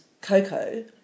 cocoa